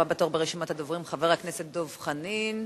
הבא בתור ברשימת הדוברים, חבר הכנסת דב חנין,